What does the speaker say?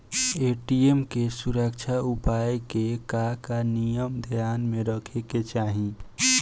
ATM के सुरक्षा उपाय के का का नियम ध्यान में रखे के चाहीं?